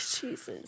Jesus